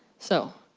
so,